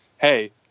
hey